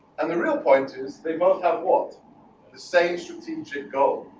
and the real point is they both have what the same should teach it go